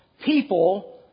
people